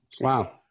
Wow